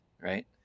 Right